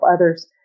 others